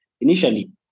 initially